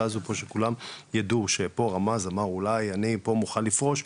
הזו חשובה שכולם ידעו שאולי אני פה מוכן לפרוש,